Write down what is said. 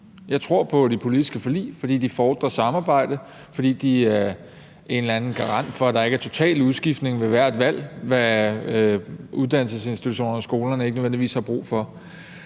Jeg tror på politiske forlig, fordi de fordrer samarbejde, og fordi de er en eller anden garant for, at der ikke er total udskiftning ved hvert valg, hvilket uddannelsesinstitutionerne og skolerne ikke nødvendigvis har brug for.